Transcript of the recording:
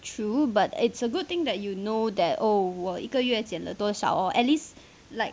true but it's a good thing that you know that oh 我一个月减了多少 or at least like